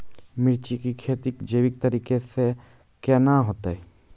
मिर्ची की खेती जैविक तरीका से के ना होते?